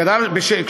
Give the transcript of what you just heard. הוא גדל בכ-16%.